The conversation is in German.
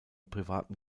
privaten